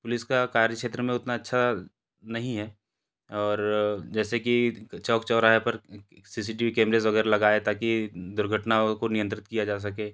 police का कार्य क्षेत्र में उतना अच्छा नहीं है और जैसे कि चौक चौराहे पर C C T V cameras वगैरह लगाए ताकि दुर्घटनाओं को नियंत्रित किया जा सके